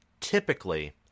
typically